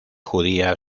judía